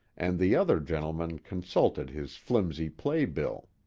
and the other gentleman consulted his flimsy play bill.